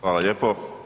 Hvala lijepo.